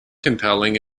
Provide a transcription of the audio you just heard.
compelling